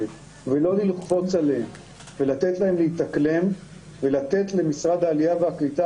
ולא ללחוץ עליהם ולתת להם להתאקלם ולתת למשרד העלייה והקליטה,